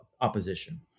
opposition